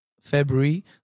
February